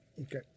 Okay